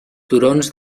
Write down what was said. turons